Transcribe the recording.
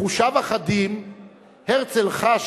בחושיו החדים הרצל חש,